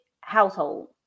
household